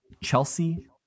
Chelsea